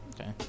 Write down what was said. Okay